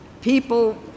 People